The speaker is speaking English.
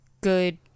good